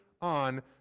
on